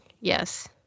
Yes